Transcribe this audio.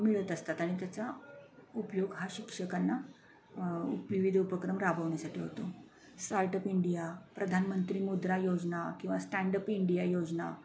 मिळत असतात आणि त्याचा उपयोग हा शिक्षकांना विविध उपक्रम राबवण्यासाठी होतो स्टार्टअप इंडिया प्रधानमंत्री मुद्रा योजना किंवा स्टँडप इंडिया योजना